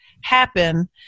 happen